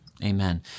Amen